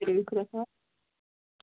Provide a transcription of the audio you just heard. تُلِو بِہِو خۄدایَس حَوال